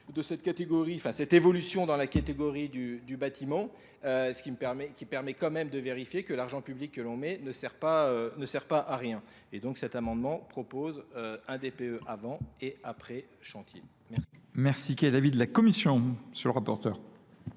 cette évolution dans la catégorie du bâtiment, ce qui permet quand même de vérifier que l'argent public que l'on met ne sert pas à rien. Et donc cet amendement propose un DPE avant et après chantier. Merci.